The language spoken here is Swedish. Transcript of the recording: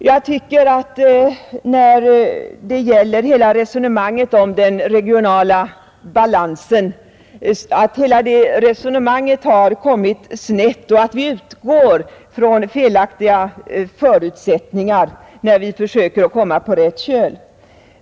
Jag tycker att hela resonemanget om den regionala balansen har kommit snett och att vi utgår från felaktiga förutsättningar, när vi försöker komma på rätt köl.